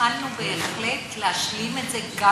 החלנו את זה על